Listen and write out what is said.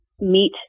meet